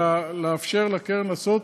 אלא לאפשר לקרן לעשות.